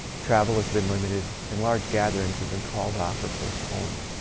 travel has been limited. and large gatherings have been called off, or postponed.